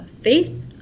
faith